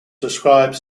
describe